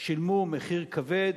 שילמו מחיר כבד,